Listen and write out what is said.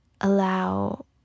allow